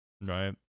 right